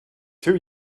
two